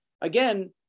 again